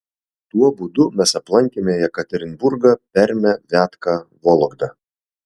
tuo būdu mes aplankėme jekaterinburgą permę viatką vologdą